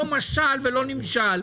לא משל ולא נמשל,